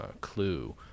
Clue